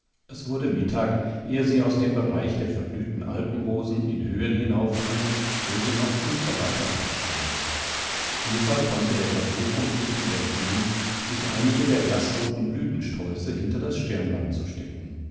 es wurde mittag ehe sie aus dem bereich der verblühten alpenrosen in höhen hinaufdrangen wo sie noch in voller pracht standen eva konnte der versuchung nicht widerstehen sich einige der blaßroten blütensträuße hinter das stirnband zu stecken